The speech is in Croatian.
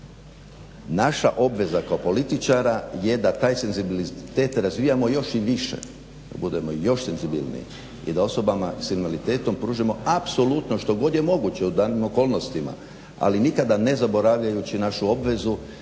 Naša obveza kao političara je da taj senzibilitet razvijamo još i više, da budemo još senzibilniji i da osobama s invaliditetom pružimo apsolutno što god je moguće u danim okolnostima, ali nikada ne zaboravljajući našu obvezu